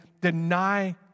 deny